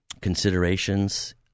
considerations